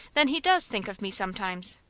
then he does think of me sometimes?